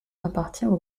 appartiendra